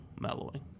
mellowing